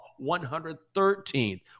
113th